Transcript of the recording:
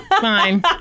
fine